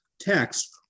text